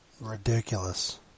Ridiculous